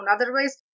Otherwise